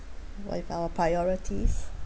with our priorities